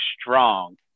strong